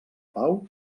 pau